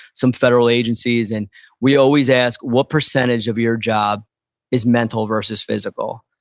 some federal agencies, and we always ask what percentage of your job is mental versus physical?